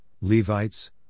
Levites